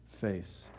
face